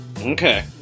Okay